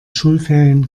schulferien